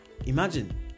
Imagine